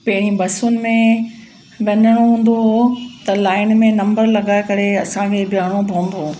पहिरीं बसियुनि में वञिणो हूंदो हुओ त लाइन में नंबर लॻाए करे असांखे बीहणो पवंदो हुओ